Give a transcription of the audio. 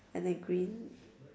and a green